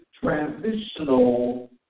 transitional